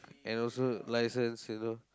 and also license you know